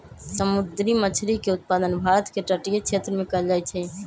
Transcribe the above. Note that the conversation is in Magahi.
समुंदरी मछरी के उत्पादन भारत के तटीय क्षेत्रमें कएल जाइ छइ